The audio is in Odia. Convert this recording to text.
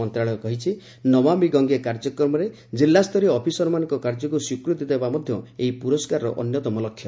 ମନ୍ତ୍ରଣାଳୟ କହିଛି ନମାମି ଗଙ୍ଗେ କାର୍ଯ୍ୟକ୍ରମରେ ଜିଲ୍ଲାସ୍ତରୀୟ ଅଫିସରମାନଙ୍କ କାର୍ଯ୍ୟକୁ ସ୍ୱୀକୃତି ଦେବା ମଧ୍ୟ ଏହି ପୁରସ୍କାରର ଅନ୍ୟତମ ଲକ୍ଷ୍ୟ